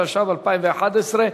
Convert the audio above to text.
התשע"ב 2011,